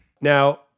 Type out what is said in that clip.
Now